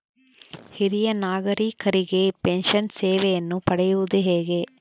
ಹಿರಿಯ ನಾಗರಿಕರಿಗೆ ಪೆನ್ಷನ್ ಸೇವೆಯನ್ನು ಪಡೆಯುವುದು ಹೇಗೆ?